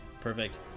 Perfect